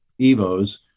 Evos